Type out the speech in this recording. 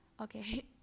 Okay